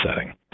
setting